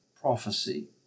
PROPHECY